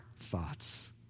thoughts